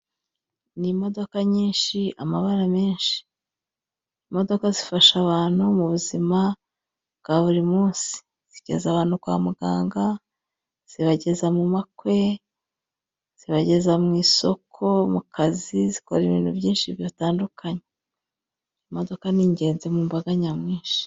Imodoka nyinshi, amabara menshi. Imodoka zifasha abantu mu buzima bwa buri munsi. Zigeza abantu kwa muganga, zibageza mu makwe, zibageza mu isoko, mu kazi , zikora ibintu byinshi bitandukanye. Imodoka ni ingenzi mu mbaga nyamwinshi.